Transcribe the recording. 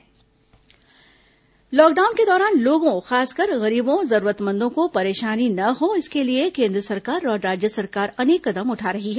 केन्द्र उज्जवला योजना लॉकडाउन के दौरान लोगों खासकर गरीबों जरूरतमंदों को परेशानी न हो इसके लिए केन्द्र सरकार और राज्य सरकार अनेक कदम उठा रही है